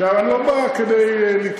אני לא בא כדי להתווכח.